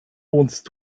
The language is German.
wohnst